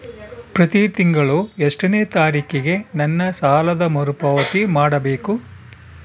ಪ್ರತಿ ತಿಂಗಳು ಎಷ್ಟನೇ ತಾರೇಕಿಗೆ ನನ್ನ ಸಾಲದ ಮರುಪಾವತಿ ಮಾಡಬೇಕು?